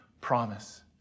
promise